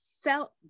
felt